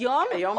היום כן.